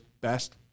best